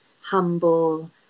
humble